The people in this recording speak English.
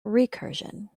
recursion